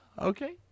okay